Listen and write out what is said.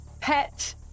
pet